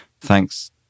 Thanks